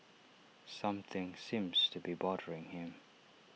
something seems to be bothering him